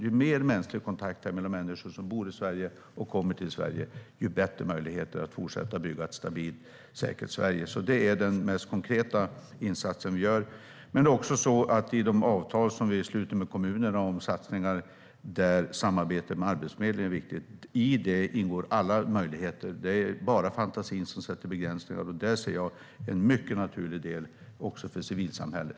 Ju mer mänsklig kontakt mellan människor som bor i Sverige och kommer till Sverige desto bättre möjligheter att fortsätta bygga ett stabilt och säkert Sverige. Det är alltså den mest konkreta insatsen vi gör, men det är också så att alla möjligheter ingår i de avtal som vi sluter med kommunerna om satsningar, där samarbetet med Arbetsförmedlingen är viktigt. Det är bara fantasin som sätter gränser, och där ser jag en mycket naturlig del också för civilsamhället.